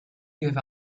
give